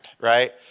right